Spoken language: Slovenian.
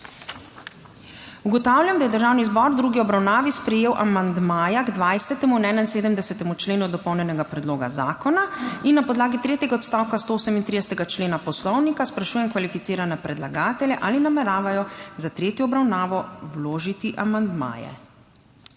Ugotavljam, da je Državni zbor v drugi obravnavi sprejel amandmaja k 20. in 71. členu dopolnjenega predloga zakona. Na podlagi tretjega odstavka 138. člena Poslovnika sprašujem kvalificirane predlagatelje, ali nameravajo za tretjo obravnavo vložiti amandmaje.